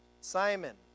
Simon